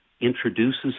introduces